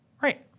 Right